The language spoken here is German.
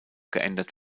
geändert